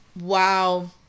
Wow